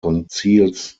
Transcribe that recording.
konzils